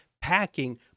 packing